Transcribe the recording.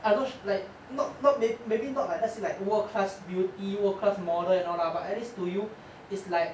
I watched like not not maybe maybe not like let's say like world class beauty world class model you know lah but at least to you is like